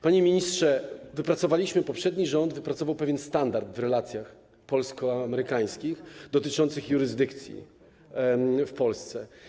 Panie ministrze, poprzedni rząd wypracował pewien standard w relacjach polsko-amerykańskich dotyczących jurysdykcji w Polsce.